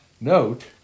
Note